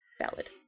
Valid